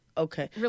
Okay